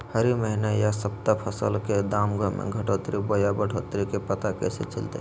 हरी महीना यह सप्ताह फसल के दाम में घटोतरी बोया बढ़ोतरी के पता कैसे चलतय?